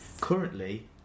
currently